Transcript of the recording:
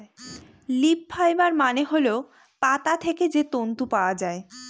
leaf fibre মানে হল পাতা থেকে যে তন্তু পাওয়া যায়